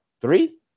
three